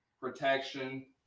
protection